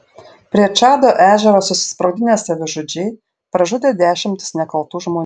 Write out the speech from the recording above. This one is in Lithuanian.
prie čado ežero susisprogdinę savižudžiai pražudė dešimtis nekaltų žmonių